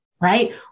right